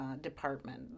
department